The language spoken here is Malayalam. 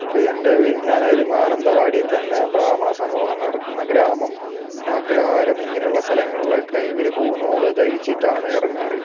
ഇപ്പോൾ എന്റെ ഞാനത് മാനന്തവാടിയിൽ തന്നെ ബ്രാഹ്മണ സമൂഹം നടക്കുന്ന ഗ്രാമം പിന്നെ അഗ്രഹാരം ഇങ്ങനെയുള്ള സ്ഥലങ്ങളിലൊക്കെ ഇവർ പൂണൂൽ ധരിച്ചിട്ടാണ് ഇറങ്ങാറ്